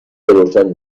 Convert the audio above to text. روشن